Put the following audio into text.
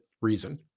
reason